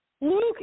Luke